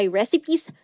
recipes